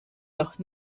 noch